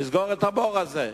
לסגור את הבור הזה.